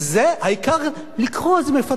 העיקר לקרוא זה מפתח,